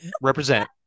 represent